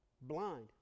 Blind